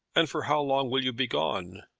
and for how long will you be gone?